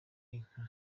inka